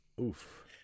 Oof